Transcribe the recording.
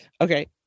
Okay